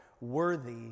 worthy